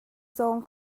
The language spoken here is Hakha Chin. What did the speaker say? zawng